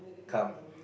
come